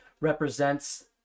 represents